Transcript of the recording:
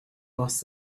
asked